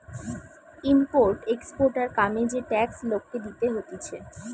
import exporter কামে যে tax লোককে দিতে হতিছে